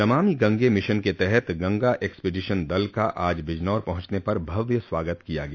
Namami Gange mission के तहत Ganga expedition दल का आज बिजनौर पहुंचने पर भव्य स्वागत किया गया